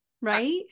Right